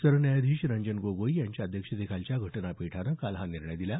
सरन्यायाधीश रंजन गोगोई यांच्या अध्यक्षतेखालच्या घटनापीठानं काल हा निर्णय दिला